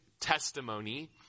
testimony